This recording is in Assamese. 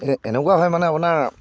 এ এনেকুৱা হয় মানে আপোনাৰ